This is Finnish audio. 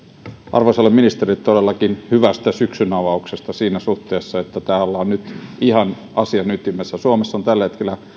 arvoisalle ministerille todellakin hyvästä syksyn avauksesta siinä suhteessa että täällä ollaan nyt ihan asian ytimessä suomessa on tällä hetkellä